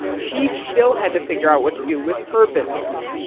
she still had to figure out what to do with her business.